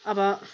अब